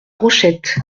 rochette